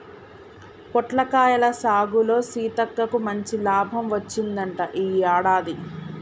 పొట్లకాయల సాగులో సీతక్కకు మంచి లాభం వచ్చిందంట ఈ యాడాది